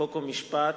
חוק ומשפט